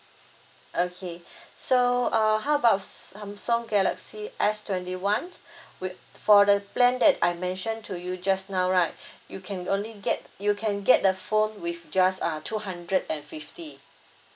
okay so uh how about Samsung galaxy S twenty one wi~ for the plan that I mentioned to you just now right you can only get you can get the phone with just uh two hundred and fifty